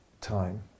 time